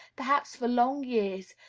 perhaps for long years,